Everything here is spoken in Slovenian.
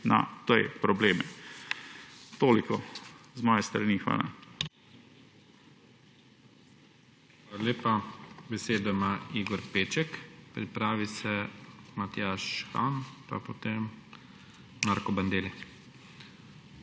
na te probleme. Toliko z moje strani. Hvala.